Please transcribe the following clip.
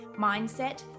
mindset